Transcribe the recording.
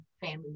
family